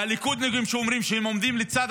הליכודניקים, שאומרים שהם עומדים לצד